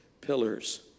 pillars